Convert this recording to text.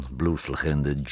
blueslegende